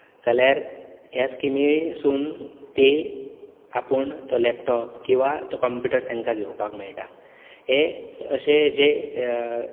जाल्यार ह्या स्किमीसून तीं आपूण तो लॅपटॉप किंवा तो कंप्युटर तांकां घेवपाक मेळटा हे अशे जे